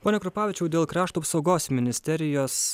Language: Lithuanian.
pone krupavičiau dėl krašto apsaugos ministerijos